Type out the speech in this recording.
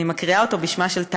אני מקריאה אותו בשמה של טלי,